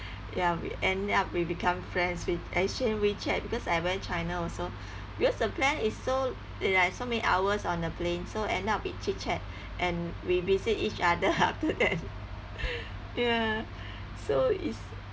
ya we end up we become friends we exchange wechat because I went china also because the plane is so like so many hours on the plane so end up we chit chat and we visit each other after that ya so it's